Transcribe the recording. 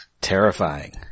Terrifying